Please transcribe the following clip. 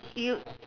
you